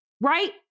right